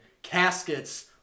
caskets